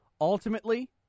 ultimately